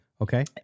okay